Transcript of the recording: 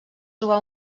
trobà